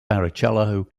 barrichello